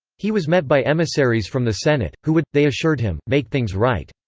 he was met by emissaries from the senate, who would, they assured him, make things right.